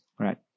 right